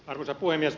arvoisa puhemies